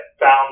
found